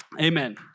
amen